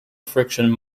friction